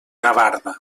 gavarda